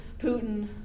Putin